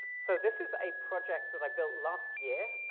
so this is a project that i built last year.